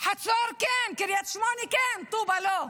חצור כן, קריית שמונה כן, וטובא לא,